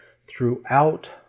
throughout